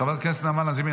חברת הכנסת נעמה לזימי,